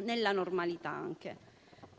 nella normalità.